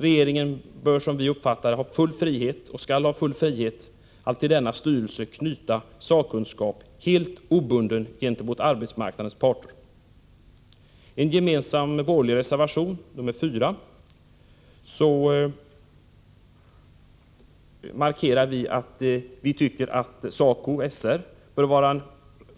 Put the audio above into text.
Regeringen skall ha full frihet att till denna styrelse knyta sakkunskap som är helt obunden gentemot arbetsmarknadens parter. I en gemensam borgerlig reservation, nr 4, säger vi att vi kan tänka oss en partssammansatt styrelse